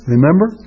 Remember